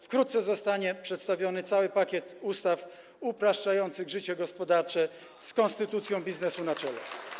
Wkrótce zostanie przedstawiony cały pakiet ustaw upraszczających życie gospodarcze z Konstytucją Biznesu na czele.